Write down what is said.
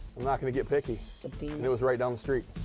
i'm not gonna get picky. and it was right down the street.